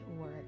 work